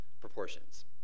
proportions